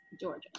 Georgia